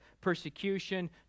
persecution